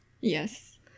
Yes